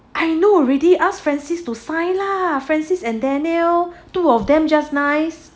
I know already asked francis to sign lah francis and daniel two of them just nice